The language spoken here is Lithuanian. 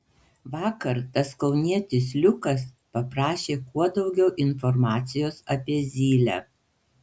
vakar tas kaunietis liukas paprašė kuo daugiau informacijos apie zylę